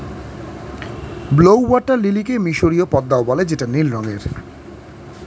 blue water লিলিকে মিসরীয় পদ্মাও বলে যেটা নীল রঙের